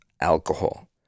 alcohol